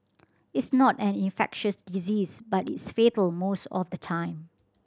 it's not an infectious disease but it's fatal most of the time